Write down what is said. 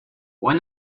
why